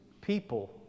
people